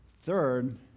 Third